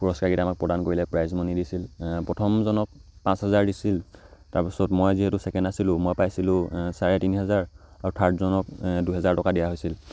পুৰস্কাৰকেইটা আমাক প্ৰদান কৰিলে প্ৰাইজ মণি দিছিল প্ৰথমজনক পাঁচ হাজাৰ দিছিল তাৰপিছত মই যিহেতু ছেকেণ্ড আছিলোঁ মই পাইছিলোঁ চাৰে তিনি হাজাৰ আৰু থাৰ্ডজনক দুহেজাৰ টকা দিয়া হৈছিল